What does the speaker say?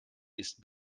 ist